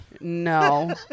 No